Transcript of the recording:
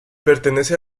pertenece